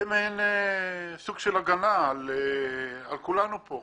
זה מעין סוג של הגנה על כולנו פה.